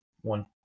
one